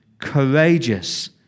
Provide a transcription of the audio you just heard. courageous